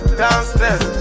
downstairs